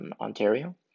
Ontario